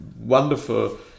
wonderful